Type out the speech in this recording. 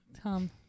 Tom